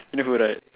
you go right